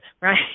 right